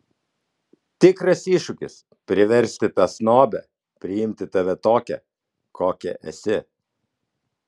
tikras iššūkis priversti tą snobę priimti tave tokią kokia esi